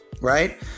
Right